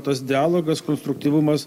tas dialogas konstruktyvumas